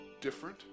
Different